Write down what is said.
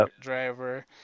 driver